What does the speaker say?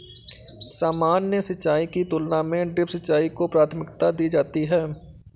सामान्य सिंचाई की तुलना में ड्रिप सिंचाई को प्राथमिकता दी जाती है